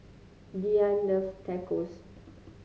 Diane loves Tacos